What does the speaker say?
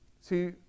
See